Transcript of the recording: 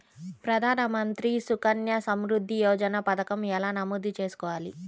ప్రధాన మంత్రి సుకన్య సంవృద్ధి యోజన పథకం ఎలా నమోదు చేసుకోవాలీ?